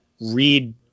read